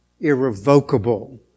irrevocable